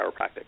Chiropractic